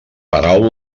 paraula